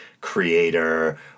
creator